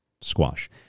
squash